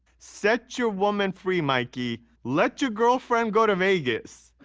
set your woman free, mikey. let your girlfriend go to vegas.